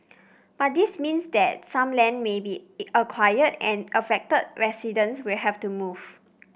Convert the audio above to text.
but this means that some land may be acquired and affected residents will have to move